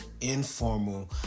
informal